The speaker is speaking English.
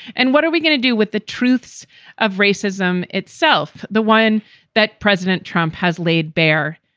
and what are we going to do with the truths of racism itself, the one that president trump has laid bare?